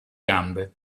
gambe